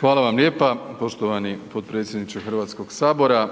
Hvala vam lijepa poštovani potpredsjedniče Hrvatskog sabora